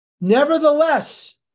Nevertheless